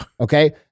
Okay